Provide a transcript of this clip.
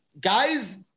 Guys